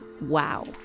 wow